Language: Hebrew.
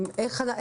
איך אתה אומר?